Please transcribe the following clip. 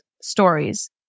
stories